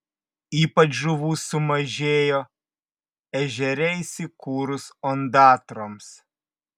ypač žuvų sumažėjo ežere įsikūrus ondatroms